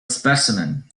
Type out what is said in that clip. specimen